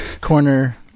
corner